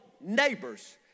neighbors